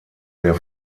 der